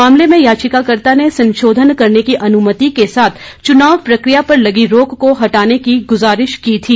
मामले में याचिकाकर्त्ता ने संशोधन करने की अनुमति के साथ चुनाव प्रकिया पर लगी रोक को हटाने की गुजारिश की थी